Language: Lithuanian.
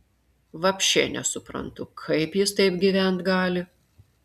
vapšė nesuprantu kaip jis taip gyvent gali